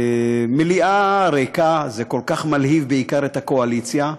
מליאה ריקה, זה כל כך מלהיב בעיקר את הקואליציה,